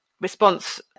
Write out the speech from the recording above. response